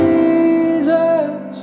Jesus